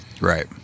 Right